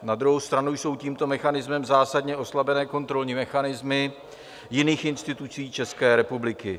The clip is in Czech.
Na druhou stranu jsou tímto mechanismem zásadně oslabené kontrolní mechanismy jiných institucí České republiky.